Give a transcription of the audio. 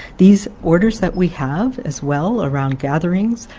these orders that we have as well around gatherings,